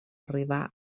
arribar